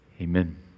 Amen